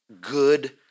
good